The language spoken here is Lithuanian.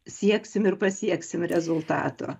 sieksim ir pasieksim rezultato